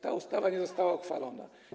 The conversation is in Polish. Ta ustawa nie została uchwalona.